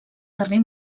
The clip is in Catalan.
carrer